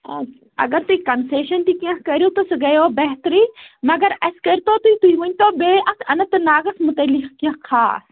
اَدٕ اَگر تُہۍ کَنسٮ۪شَن تہِ کیٚنہہ کٔرِو تہٕ سُہ گٔیو بہترٕے مَگر اَسہِ کٔرۍ تو تُہۍ تُہۍ ؤنۍ تو بیٚیہِ اتھ اَننت ناگَس مُتعلِق کیٚنہہ خاص